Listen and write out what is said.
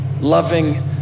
loving